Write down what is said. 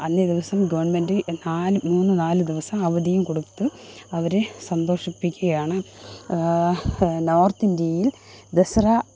അന്നേദിവസം ഗവണ്മെന്റ് നാല് മൂന്ന് നാല് ദിവസം അവധിയും കൊടുത്ത് അവരെ സന്തോഷിപ്പിക്കുകയാണ് നോര്ത്തിന്ഡ്യയില് ദസറ